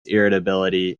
irritability